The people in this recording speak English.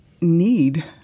need